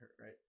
right